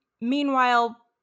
Meanwhile